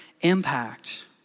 impact